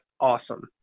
awesome